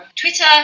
Twitter